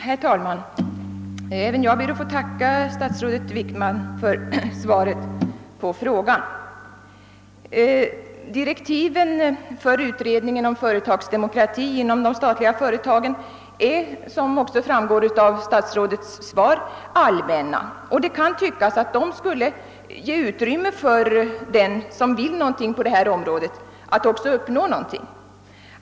Herr talman! Även jag ber att få tacka statsrådet Wickman för svaret på min fråga. Direktiven för utredningen om företagsdemokrati inom de statliga företagen är — som också framgår av statsrådets svar — allmänna, och det kan tyckas att de skulle ge utrymme för den som vill något på detta område att också kunna uppnå någonting.